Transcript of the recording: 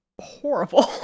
horrible